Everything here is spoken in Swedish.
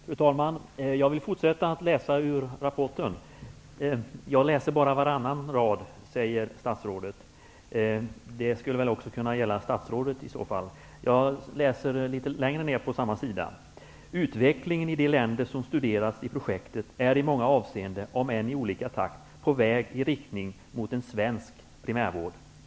Fru talman! Jag vill fortsätta att läsa ur SPRI:s rapport. Statsrådet säger att jag läser bara varannan rad, men det skulle i så fall också kunna gälla statsrådet. Jag läser litet längre ner på samma sida: ''Utvecklingen i de länder som studerats i projektet är i många avseenden, om än i olika takt, på väg i riktning mot en ''svensk' primärvård.''